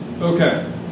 Okay